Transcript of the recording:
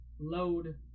load